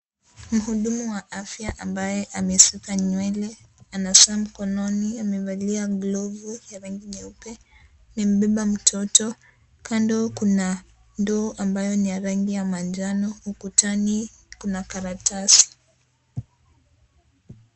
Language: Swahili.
Mhudumu wa afya ambaye amesuka nywele, ana saa mkononi. Amevalia glovu ya rangi nyeupe. Amembeba mtoto, kando kuna ndoo ambayo ni ya rangi ya manjano. Ukutani kuna karatasi.